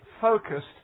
focused